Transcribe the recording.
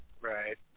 Right